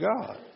God